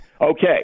Okay